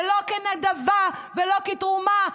ולא כנדבה ולא כתרומה,